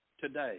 today